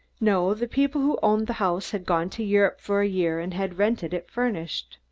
no. the people who owned the house had gone to europe for a year and had rented it furnished.